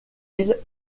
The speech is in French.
îles